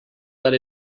let